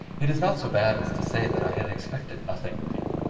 it is not so bad as to say that i had expected nothing of you.